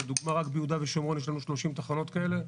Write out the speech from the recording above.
לדוגמה, רק ביהודה ושומרון יש לנו 30 תחנות כאלה.